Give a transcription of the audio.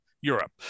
Europe